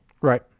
Right